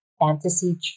Fantasy